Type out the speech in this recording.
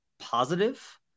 positive